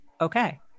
okay